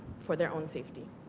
for their own safety.